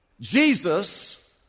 Jesus